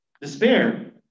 Despair